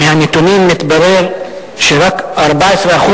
מהנתונים מתברר שרק 14%,